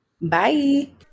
Bye